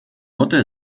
mutter